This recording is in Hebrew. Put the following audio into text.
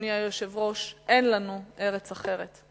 אדוני היושב-ראש, אין לנו ארץ אחרת.